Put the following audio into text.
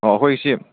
ꯑꯣ ꯑꯩꯈꯣꯏꯒꯤꯁꯤ